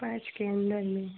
पाँच के अंदर में